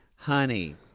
Honey